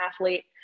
athlete